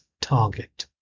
target